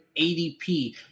ADP